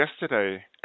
yesterday